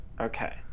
okay